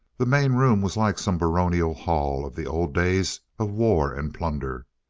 the main room was like some baronial hall of the old days of war and plunder.